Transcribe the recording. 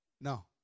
No